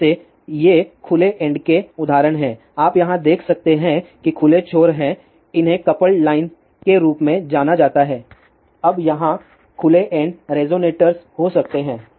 फिर से ये खुले एन्ड के उदाहरण हैं आप यहाँ देख सकते हैं कि ये खुले छोर हैं इन्हें कपल्ड लाइन्स के रूप में जाना जाता है अब यहाँ खुले एन्ड रेसोनेटर्स हो सकते हैं